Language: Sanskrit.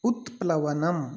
उत्प्लवनम्